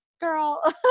girl